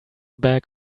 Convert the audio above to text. bag